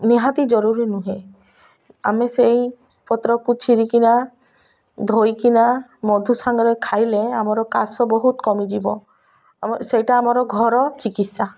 ନିହାତି ଜରୁରୀ ନୁହେଁ ଆମେ ସେଇ ପତ୍ରକୁ ଚିରିକିନା ଧୋଇକିନା ମଧୁସାଙ୍ଗରେ ଖାଇଲେ ଆମର କାଶ ବହୁତ କମିଯିବ ଆମ ସେଇଟା ଆମର ଘର ଚିକିତ୍ସା